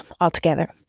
altogether